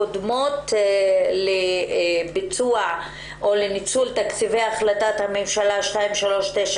הקודמות לביצוע תקציבי החלטת הממשלה 2397,